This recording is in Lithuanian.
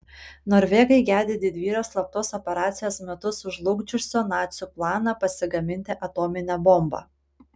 norvegai gedi didvyrio slaptos operacijos metu sužlugdžiusio nacių planą pasigaminti atominę bombą